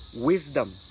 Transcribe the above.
wisdom